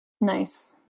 Nice